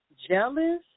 jealous